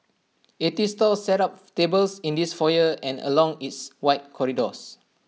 eighty stalls set up tables in its foyer and along its wide corridors